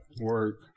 work